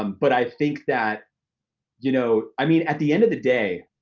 um but i think that you know i mean at the end of the day,